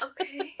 okay